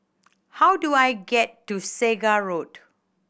how do I get to Segar Road